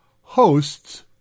hosts